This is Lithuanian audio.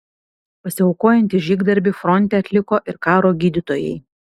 pasiaukojantį žygdarbį fronte atliko ir karo gydytojai